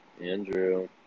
Andrew